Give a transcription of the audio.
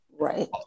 Right